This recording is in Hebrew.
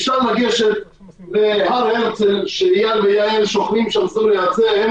אפשר לגשת להר הרצל שיאיר ויעל שוכבים שם זו ליד זה והם